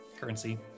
Currency